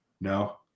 No